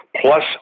plus